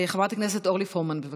חברת הכנסת אורלי פרומן, בבקשה.